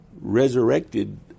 resurrected